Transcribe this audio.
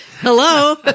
Hello